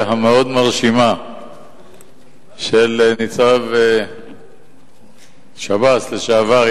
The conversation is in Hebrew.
המאוד-מרשימה של ניצב שב"ס לשעבר,